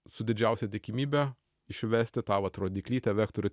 su didžiausia tikimybe išvesti tą vat rodyklytę vektorių